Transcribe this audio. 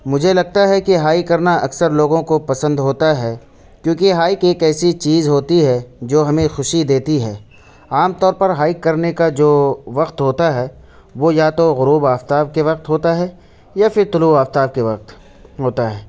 مجھے لگتا ہے کہ ہائی کرنا اکثر لوگوں کو پسند ہے کیوں کہ ہائیک ایک ایسی چیز ہوتی ہے جو ہمیں خوشی دیتی ہے عام طور پر ہائیک کرنے کا جو وقت ہوتا ہے وہ یا تو غروب آفتاب کے وقت ہوتا ہے یا پھر طلوع آفتاب کے وقت ہوتا ہے